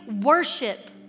worship